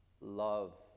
love